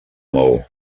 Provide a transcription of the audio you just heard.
maó